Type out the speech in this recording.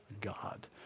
God